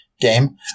game